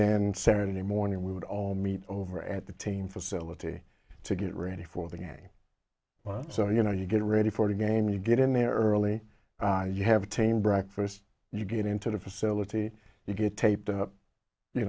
then saturday morning we would all meet over at the team facility to get ready for the game well so you know you get ready for the game you get in there early you have a team breakfast you get into the facility you get taped up you